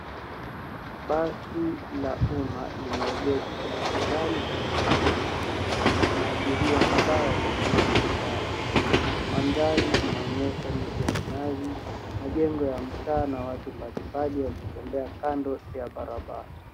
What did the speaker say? Basi la umma limeegeshwa barabarani katikati ya jiji na abiria kadhaa wamesimama mbele yake. Mandhari inaonyesha miti ya mnazi, majengo ya mtaa na watu mbali mbali wakitembea kando ya barabara.